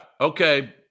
Okay